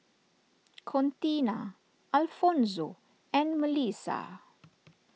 Contina Alfonzo and Mellissa